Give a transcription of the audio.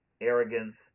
Arrogance